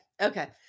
okay